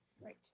right